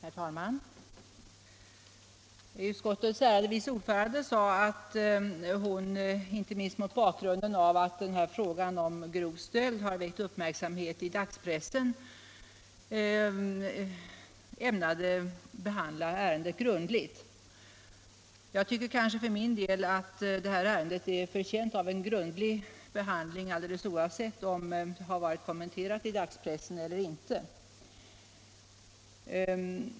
Herr talman! Utskottets ärade vice ordförande sade att hon inte minst mot bakgrunden av att frågan om grov stöld har väckt uppmärksamhet i dagspressen ämnade behandla ärendet grundligt. Jag tycker för min del att detta ärende är förtjänt av en grundlig behandling alldeles oavsett om det har varit kommenterat i dagspressen eller inte.